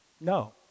no